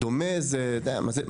למה זה דומה?